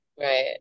Right